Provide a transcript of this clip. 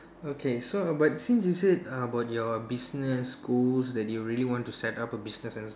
okay so uh but since you said about your business goals that you really want to set up a business and